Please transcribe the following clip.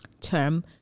term